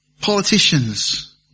politicians